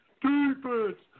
defense